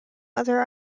other